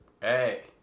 Hey